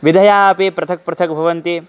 विधयः अपि पृथक् पृथक् भवन्ति